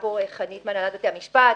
שהעלתה פה חנית מהנהלת בתי המשפט.